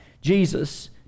Jesus